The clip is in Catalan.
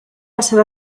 passar